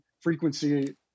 frequency